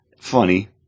Funny